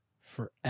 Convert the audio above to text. forever